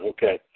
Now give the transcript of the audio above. Okay